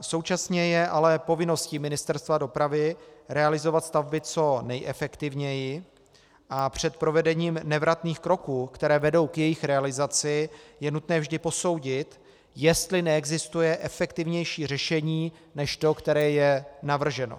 Současně je ale povinností Ministerstva dopravy realizovat stavby co nejefektivněji a před provedením nevratných kroků, které vedou k jejich realizaci, je nutné vždy posoudit, jestli neexistuje efektivnější řešení než to, které je navrženo.